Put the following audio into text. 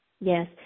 Yes